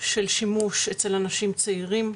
של שימוש אצל אנשים צעירים,